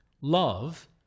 Love